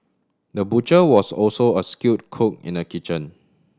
the butcher was also a skilled cook in the kitchen